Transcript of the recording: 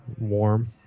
warm